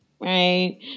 right